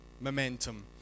momentum